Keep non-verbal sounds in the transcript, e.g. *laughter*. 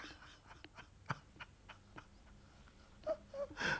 *laughs*